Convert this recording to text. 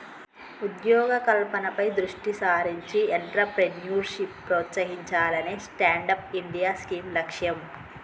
ఉద్యోగ కల్పనపై దృష్టి సారించి ఎంట్రప్రెన్యూర్షిప్ ప్రోత్సహించాలనే స్టాండప్ ఇండియా స్కీమ్ లక్ష్యం